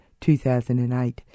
2008